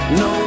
no